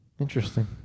Interesting